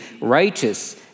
righteous